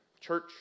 church